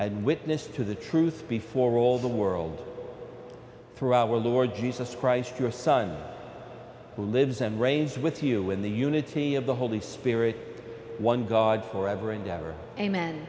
and witness to the truth before all the world through our lord jesus christ your son who lives and reigns with you in the unity of the holy spirit one god forever and ever amen